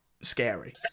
scary